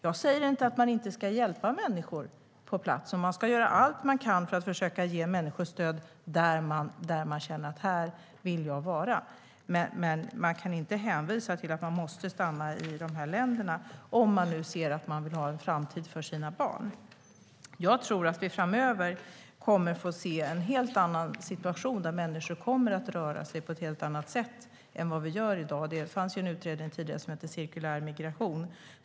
Jag säger inte att man inte ska hjälpa människor på plats. Man ska göra allt man kan för att försöka ge människor stöd där de känner att de vill vara. Men man kan inte hänvisa till att de måste stanna i de här länderna om de vill ha en framtid för sina barn. Jag tror att vi framöver kommer att få se en helt annan situation. Människor kommer att röra sig på ett helt annat sätt än vad vi gör i dag. Det fanns tidigare en utredning om cirkulär migration.